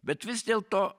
bet vis dėlto